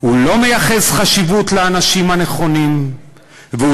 הוא לא מייחס חשיבות לאנשים הנכונים והוא